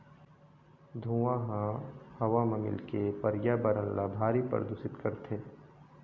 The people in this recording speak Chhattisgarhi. धुंआ ह हवा म मिलके परयाबरन ल भारी परदूसित करथे